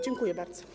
Dziękuję bardzo.